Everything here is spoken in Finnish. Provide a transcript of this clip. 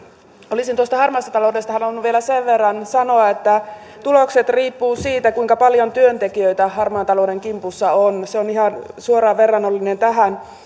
olisin tuosta harmaasta taloudesta halunnut vielä sen verran sanoa että tulokset riippuvat siitä kuinka paljon työntekijöitä harmaan talouden kimpussa on se on ihan suoraan verrannollinen tähän